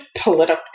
political